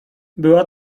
była